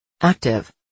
Active